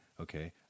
okay